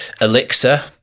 Elixir